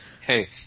hey